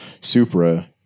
supra